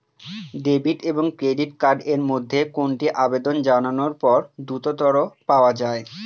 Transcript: Debit এবং credit card এর মধ্যে কোনটি আবেদন জানানোর পর দ্রুততর পাওয়া য়ায়?